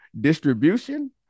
distribution